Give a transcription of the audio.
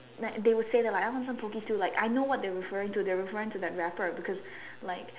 like they will say that like I want some Pocky too like I know what they referring to they were referring to that wrapper like